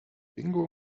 bingo